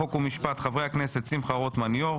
חוק ומשפט: שמחה רוטמן יו"ר,